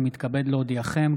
אני מתכבד להודיעכם,